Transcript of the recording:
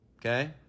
Okay